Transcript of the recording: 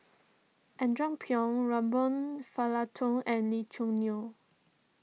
Andrew Phang Robert Fullerton and Lee Choo Neo